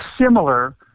similar